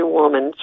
woman